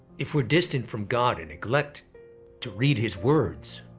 if we're distant from god and neglect to read his words,